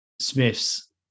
Smith's